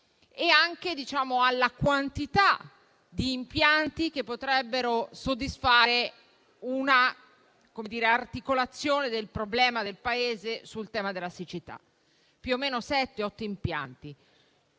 e anche di impianti che potrebbero soddisfare un'articolazione del problema del Paese sul tema della siccità; più o meno sette-otto impianti.